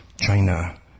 China